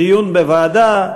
לדיון בוועדה.